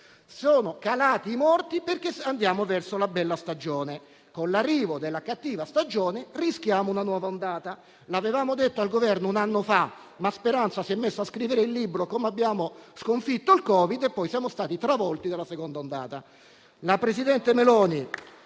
sono calati, perché andiamo verso la bella stagione e con l'arrivo della cattiva stagione rischiamo una nuova ondata. Lo avevamo detto al Governo un anno fa, ma Speranza si è messo a scrivere il libro su come abbiamo sconfitto il Covid e poi siamo stati travolti dalla seconda ondata.